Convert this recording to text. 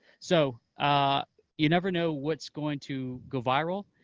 so you never know what's going to go viral,